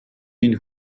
энэ